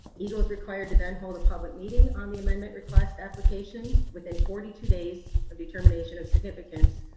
egle is required to then hold a public meeting on the amendment request application within forty two days of determination of significance,